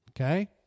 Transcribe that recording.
Okay